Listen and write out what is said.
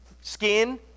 skin